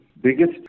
biggest